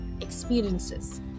experiences